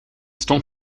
stonk